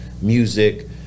music